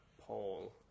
Paul